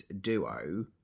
duo